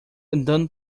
andando